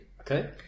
okay